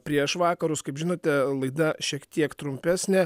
prieš vakarus kaip žinote laida šiek tiek trumpesnė